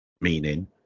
meaning